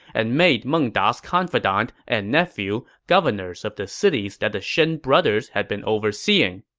and made meng da's confidant and nephew governors of the cities that the shen brothers had been overseeing.